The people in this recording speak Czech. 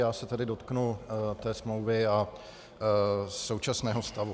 Já se tady dotknu smlouvy a současného stavu.